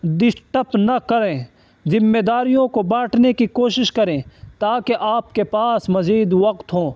disturb نہ کریں ذمےداریوں کو بانٹے کی کوشش کریں تاکہ آپ کے پاس مزید وقت ہو